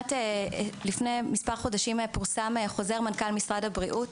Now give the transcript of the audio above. לפני כמה חודשים פורסם חוזר מנכ"ל משרד הבריאות